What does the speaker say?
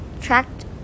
tracked